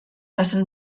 passen